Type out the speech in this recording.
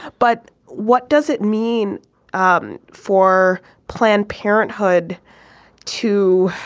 but what does it mean um for planned parenthood to